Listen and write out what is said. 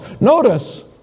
Notice